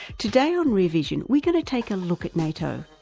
today on rear vision we're going to take a look at nato,